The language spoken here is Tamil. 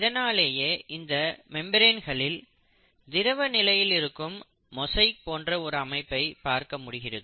இதனாலேயே இந்த மெம்பிரேன்களில் திரவ நிலையில் இருக்கும் மொசைக் போன்ற ஒரு அமைப்பை பார்க்க முடிகிறது